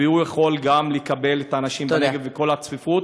והוא יכול גם לקבל את האנשים מהנגב ואת כל הצפיפות.